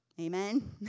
Amen